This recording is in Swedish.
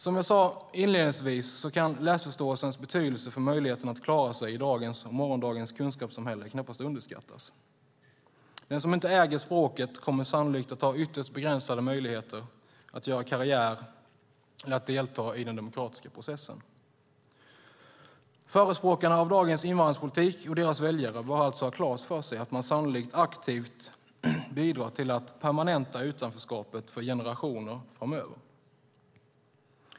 Som jag sade inledningsvis kan läsförståelsens betydelse för möjligheten att klara sig i dagens och morgondagens kunskapssamhälle knappast underskattas. Den som inte äger språket kommer sannolikt att ha ytterst begränsade möjligheter att göra karriär eller att delta i den demokratiska processen. Förespråkarna av dagen invandringspolitik och deras väljare bör alltså ha klart för sig att man sannolikt aktivt bidrar till att permanenta utanförskapet för generationer framöver.